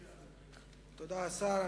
תודה, השר.